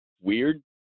weird